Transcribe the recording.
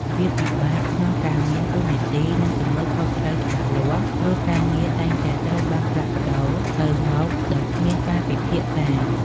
វាពិបាកក្នុងការមាន តួនាទី និងទំនួលខុសត្រូវច្បាស់លាស់ ព្រោះការងារតែងតែត្រូវបានផ្លាស់ប្តូរទៅមកដោយគ្មានការពិភាក្សា។